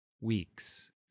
Weeks